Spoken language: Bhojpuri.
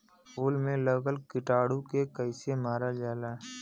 फूल में लगल कीटाणु के कैसे मारल जाला?